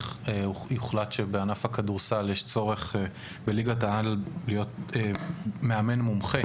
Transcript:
אם יוחלט שבליגת העל בענף הכדורסל יש צורך להיות מאמן מומחה